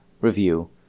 review